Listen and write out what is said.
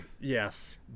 Yes